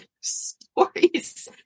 stories